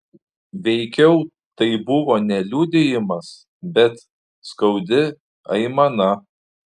veikiau tai buvo ne liudijimas bet skaudi aimana